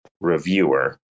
reviewer